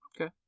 Okay